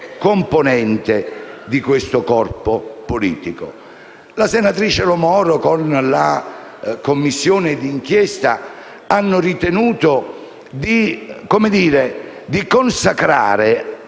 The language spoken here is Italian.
La senatrice Lo Moro, con la Commissione d'inchiesta, ha ritenuto di consacrare